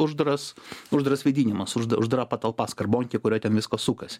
uždaras uždaras vėdinimas uždara patalpa skarbonkė kurioj ten viskas sukasi